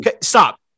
Stop